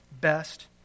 best